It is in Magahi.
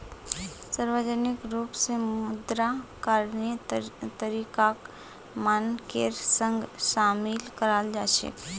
सार्वजनिक रूप स मुद्रा करणीय तरीकाक मानकेर संग शामिल कराल जा छेक